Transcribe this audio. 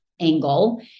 angle